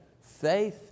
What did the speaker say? faith